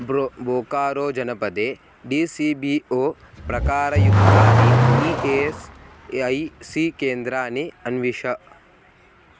bro बोकारोजनपदे D C B O प्रकारयुक्तानि E S I C केन्द्रानि अन्विष